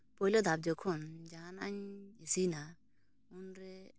ᱯᱳᱭᱞᱳ ᱫᱷᱟᱯ ᱡᱚᱠᱷᱚᱱ ᱡᱟᱦᱟᱱᱟᱜ ᱤᱧ ᱤᱥᱤᱱᱟ ᱩᱱᱨᱮ